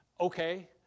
Okay